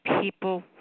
people